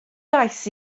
gais